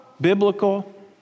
biblical